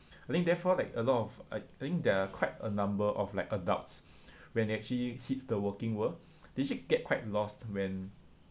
I think therefore like a lot uh I think there are quite a number of like adults when they actually hits the working world they actually get quite lost when